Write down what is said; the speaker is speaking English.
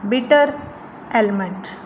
bitter almond